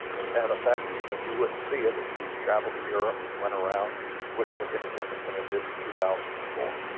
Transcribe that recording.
it's had effects, but you wouldn't see it if you travel to europe and went around, it wouldn't look any different than it did in two thousand and four.